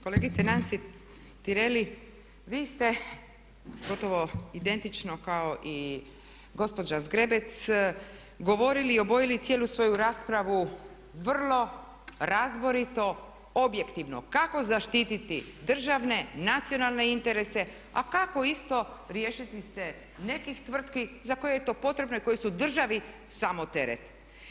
Kolegice Nansi Tireli, vi ste gotovo identično kao i gospođa Zgrebec, govorili i obojili cijelu svoju raspravu vrlo razborito, objektivno kako zaštiti državne, nacionalne interese a kako isto riješiti se nekih tvrtki za koje je to potrebno i koje su državi samo teret.